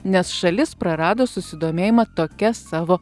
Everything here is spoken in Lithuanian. nes šalis prarado susidomėjimą tokia savo